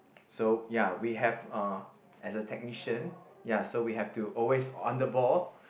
so ya we have uh as a technician ya so we have to always on the ball